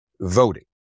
voting